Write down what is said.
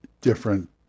different